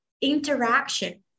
interaction